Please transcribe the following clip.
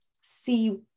see